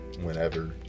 whenever